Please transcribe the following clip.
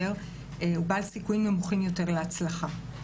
הוא בעל סיכויים נמוכים יותר להצלחה.